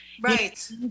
Right